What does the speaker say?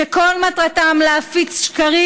איזו בורות.